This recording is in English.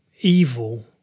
evil